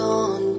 on